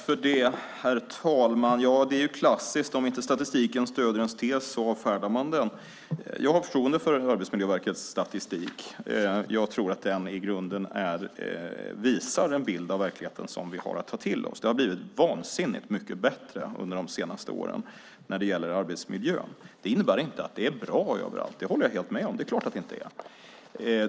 Herr talman! Det är klassiskt att om inte statistiken stöder ens tes avfärdar man den. Jag har förtroende för Arbetsmiljöverkets statistik. Jag tror att den i grunden visar en bild av verkligheten som vi har att ta till oss. Det har blivit vansinnigt mycket bättre under de senaste åren när det gäller arbetsmiljön. Det innebär inte att det är bra överallt. Det håller jag helt med om. Det är klart att det inte är.